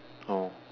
oh